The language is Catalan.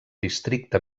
districte